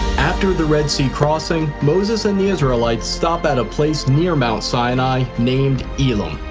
after the red sea crossing, moses and the israelites stop at a place near mount sinai named elim.